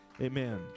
Amen